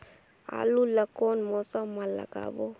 आलू ला कोन मौसम मा लगाबो?